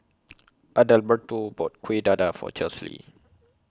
Adalberto bought Kuih Dadar For Chesley